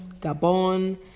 Gabon